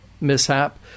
mishap